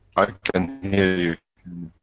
i can hear you.